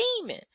demon